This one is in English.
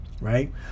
right